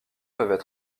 peuvent